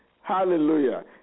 Hallelujah